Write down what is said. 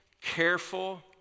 careful